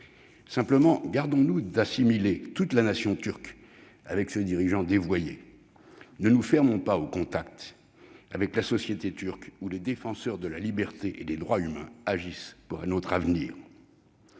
cependant d'assimiler toute la nation turque avec ce dirigeant dévoyé. Ne nous fermons pas aux contacts avec la société turque, où les défenseurs de la liberté et des droits humains agissent pour un autre avenir.